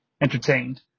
entertained